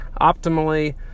optimally